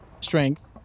strength